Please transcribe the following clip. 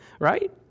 Right